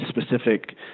specific